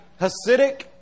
Hasidic